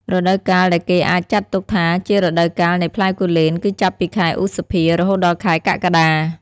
រដូវកាលដែលគេអាចចាត់ទុកថាជារដូវកាលនៃផ្លែគូលែនគឺចាប់ពី ខែឧសភា រហូតដល់ខែកក្កដា។